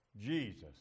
Jesus